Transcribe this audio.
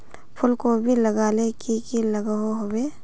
फूलकोबी लगाले की की लागोहो होबे?